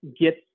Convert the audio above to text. get